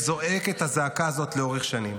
הקיפוח הזה לאורך שנים וזועק את הזעקה הזאת לאורך שנים.